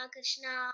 Krishna